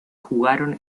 jugaron